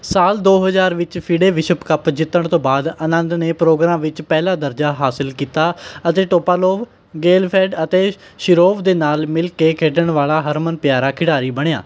ਸਾਲ ਦੋ ਹਜ਼ਾਰ ਵਿੱਚ ਫੀਡੇ ਵਿਸ਼ਵ ਕੱਪ ਜਿੱਤਣ ਤੋਂ ਬਾਅਦ ਅਨੰਦ ਨੇ ਪ੍ਰੋਗਰਾਮ ਵਿੱਚ ਪਹਿਲਾ ਦਰਜਾ ਹਾਸਲ ਕੀਤਾ ਅਤੇ ਟੋਪਾਲੋਵ ਗੇਲਫੈਡ ਅਤੇ ਸ਼ਿਰੋਵ ਦੇ ਨਾਲ ਮਿਲ ਕੇ ਖੇਡਣ ਵਾਲਾ ਹਰਮਨ ਪਿਆਰਾ ਖਿਡਾਰੀ ਬਣਿਆ